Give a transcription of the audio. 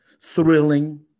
thrilling